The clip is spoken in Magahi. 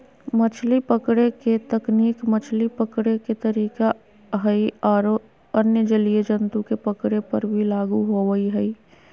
मछली पकड़े के तकनीक मछली पकड़े के तरीका हई आरो अन्य जलीय जंतु के पकड़े पर भी लागू होवअ हई